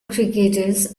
crickets